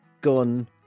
gun